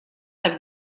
have